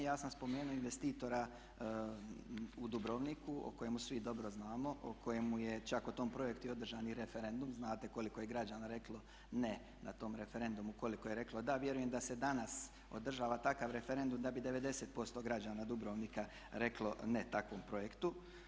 Ja sam spomenuo investitora u Dubrovniku o kojemu svi dobro znamo, o kojemu je čak o tom projektu održan i referendum, znate koliko je građana reklo ne na tom referendumu, koliko je reklo da, vjerujem da se danas odražava takav referendum da bi 90% građana Dubrovnika reklo ne takvom projektu.